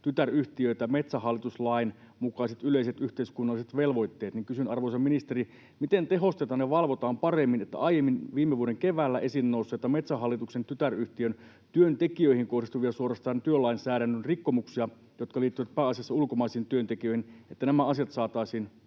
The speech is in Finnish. tytäryhtiöitä metsähallituslain mukaiset yleiset yhteiskunnalliset velvoitteet”. Kysyn, arvoisa ministeri: miten tehostetaan ja valvotaan paremmin, niin että kun aiemmin, viime vuoden keväällä, on esiin noussut Metsähallituksen tytäryhtiön työntekijöihin kohdistuvia, suorastaan työlainsäädännön rikkomuksia, jotka liittyvät pääasiassa ulkomaisiin työntekijöihin, niin nämä asiat saataisiin